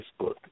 Facebook